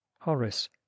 horace